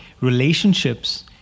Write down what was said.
relationships